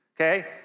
okay